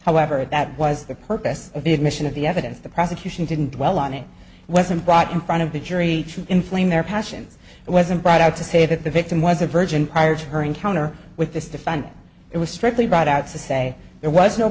however and that was the purpose of the admission of the evidence the prosecution didn't dwell on it wasn't brought in front of the jury to inflame their passions it wasn't brought out to say that the victim was a virgin prior to her encounter with this defendant it was strictly brought out to say there was no